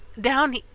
down